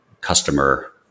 customer